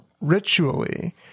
ritually